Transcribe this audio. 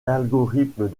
algorithmes